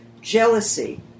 jealousy